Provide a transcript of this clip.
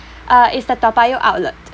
uh it's the toa payoh outlet